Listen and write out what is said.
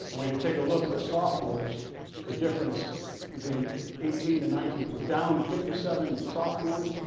i mean to take a look at the sophomores the difference between eighteen and nineteen. we're down fifty seven sophomores,